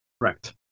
Correct